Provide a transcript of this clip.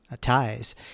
ties